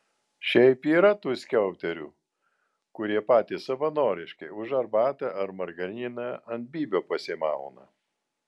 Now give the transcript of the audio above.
šiaip yra tų skiauterių kurie patys savanoriškai už arbatą ar margariną ant bybio pasimauna